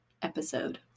episode